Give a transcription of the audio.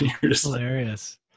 Hilarious